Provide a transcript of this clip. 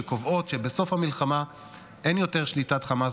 שקובעות שבסוף המלחמה אין יותר שליטת חמאס